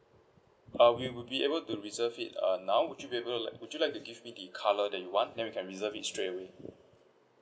uh we will be able to reserve it uh now would you be able like would you like to give me the colour that you want then we can reserve it straightaway